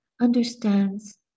understands